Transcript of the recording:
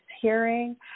hearing